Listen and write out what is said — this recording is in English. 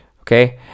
okay